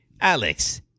Alex